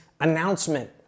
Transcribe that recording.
announcement